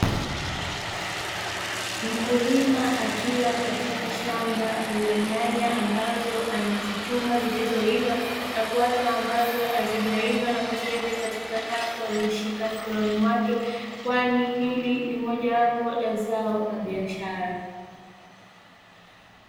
Mkulima akiwa katika shamba la nyanya ambazo anazichuma zilizoiva na kuacha ambazo hazijaiva na kuziweka katika kapu aliloshika mkononi mwake kwani hili ni mojawapo ya zao la biashara.